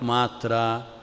Matra